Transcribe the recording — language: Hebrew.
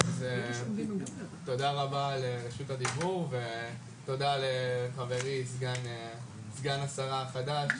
תודה רבה על רשות הדיבור ותודה לחברי סגן השרה החדש